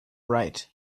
right